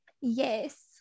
yes